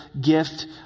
gift